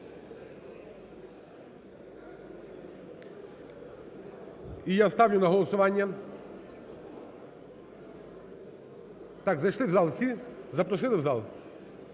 І я ставлю на голосування... Так, зайшли в зал всі? Запросили в зал?